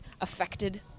affected